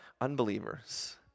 unbelievers